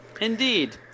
indeed